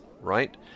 Right